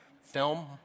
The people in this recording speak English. Film